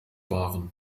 waren